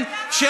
דבר אחד אתה